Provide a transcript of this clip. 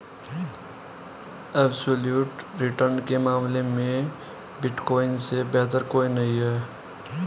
absolute return के मामले में बिटकॉइन से बेहतर कोई नहीं है